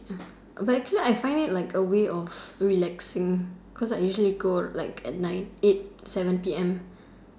ya but actually I find it like a way of relaxing cause I usually go like at night like eight seven P M